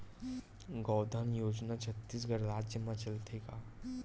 गौधन योजना छत्तीसगढ़ राज्य मा चलथे का?